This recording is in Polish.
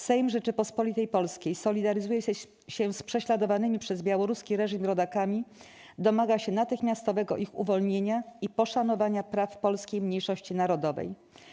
Sejm Rzeczypospolitej Polskiej solidaryzuje się z prześladowanymi przez białoruski reżim rodakami, domaga się natychmiastowego ich uwolnienia i poszanowania praw polskiej mniejszości narodowej.